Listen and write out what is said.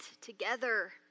together